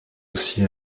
aussi